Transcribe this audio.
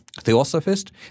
theosophist